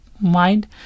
mind